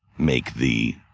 make the